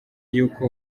yuko